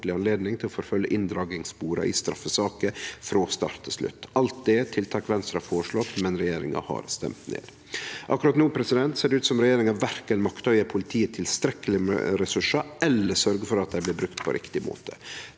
til å forfølgje inndragingssporet i straffesaker frå start til slutt. Alt det er tiltak Venstre har føreslått, men som regjeringa har stemt ned. Akkurat no ser det ut som regjeringa verken maktar å gje politiet tilstrekkeleg med ressursar eller sørgje for at dei blir brukte på riktig måte.